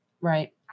Right